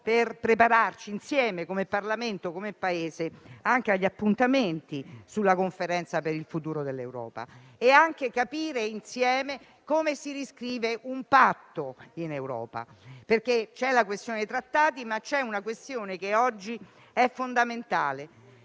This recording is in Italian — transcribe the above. per prepararci insieme come Parlamento e come Paese agli appuntamenti della Conferenza sul futuro dell'Europa. Occorre anche capire insieme come si riscrive un patto in Europa, perché c'è la questione dei trattati, ma c'è un tema che oggi è fondamentale